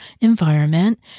environment